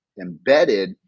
embedded